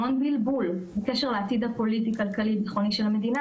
המון בלבול בקשר לעתיד הפוליטי-כלכלי-ביטחוני של המדינה.